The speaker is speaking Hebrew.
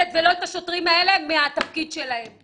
ביום שלישי נגמר צו ההרחקה שמשטרת ישראל הוציאה מבית הספר.